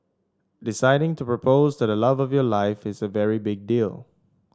deciding to propose to the love of your life is a very big deal